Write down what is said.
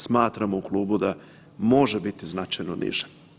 Smatramo u klubu da može biti značajno niže.